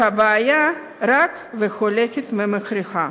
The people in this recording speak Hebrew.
והבעיה רק הולכת ומחריפה.